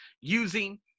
using